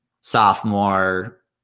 sophomore